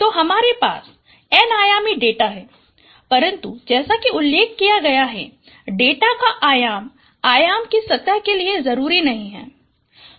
तो हमारे पास N आयामी डेटा है परन्तु जैसा कि उल्लेख किया है डेटा का आयाम आयाम के सतह के लिए जरुरी नहीं है